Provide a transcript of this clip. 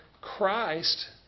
Christ